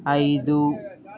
ఐదు